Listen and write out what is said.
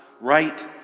right